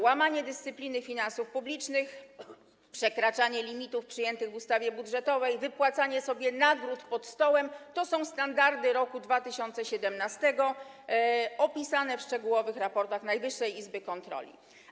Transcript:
Łamanie dyscypliny finansów publicznych, przekraczanie limitów przyjętych w ustawie budżetowej, wypłacanie sobie nagród pod stołem - to są standardy roku 2017 opisane w szczegółowych raportach Najwyższej Izby Kontroli.